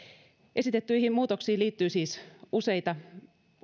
esitettyihin muutoksiin liittyy siis useita